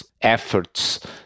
efforts